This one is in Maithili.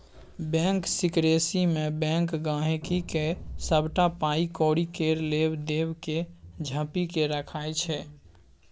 बैंक सिकरेसीमे बैंक गांहिकीक सबटा पाइ कौड़ी केर लेब देब केँ झांपि केँ राखय छै